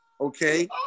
okay